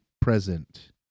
present